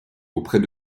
auprès